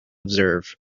observe